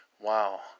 Wow